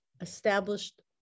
established